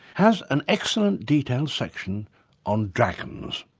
has an excellent detailed section on dragons.